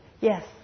Yes